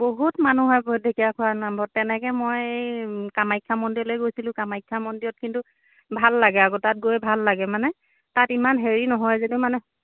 বহুত মানুহ আকৌ ঢেকীয়াখোৱা নামঘৰত তেনেকৈ মই কামাখ্যা মন্দিৰলৈ গৈছিলোঁ কামাখ্যা মন্দিৰত কিন্তু ভাল লাগে আকৌ গৈ তাত ভাল লাগে মানে তাত ইমান হেৰি নহয় যদিও মানে